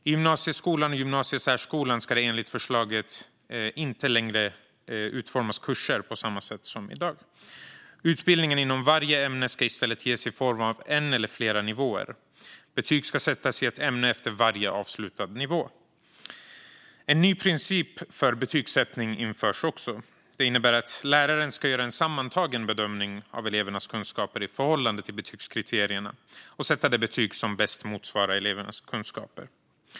I gymnasieskolan och gymnasiesärskolan ska det enligt förslaget inte längre utformas kurser på samma sätt som i dag. Utbildningen inom varje ämne ska i stället ges i form av en eller flera nivåer. Betyg ska sättas i ett ämne efter varje avslutad nivå. En ny princip för betygsättning införs också. Det innebär att läraren ska göra en sammantagen bedömning av elevernas kunskaper i förhållande till betygskriterierna och sätta det betyg som bäst motsvarar elevernas kunskaper.